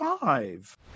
five